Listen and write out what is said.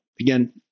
Again